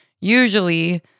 usually